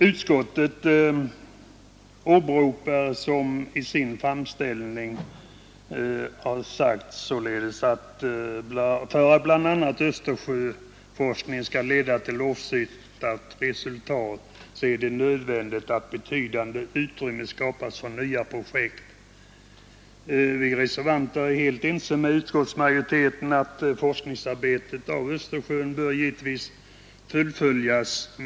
Utskottsmajoriteten säger att för att bl.a. Östersjöforskningen skall leda till åsyftat resultat är det nödvändigt att betydande utrymme skapas för nya projekt. Vi reservanter är helt ense med utskottsmajoriteten om att forskningsarbetet rörande Östersjön bör fullföljas.